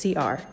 CR